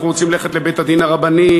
אנחנו רוצים ללכת לבית-הדין הרבני,